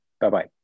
Bye-bye